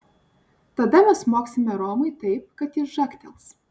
tada mes smogsime romui taip kad jis žagtels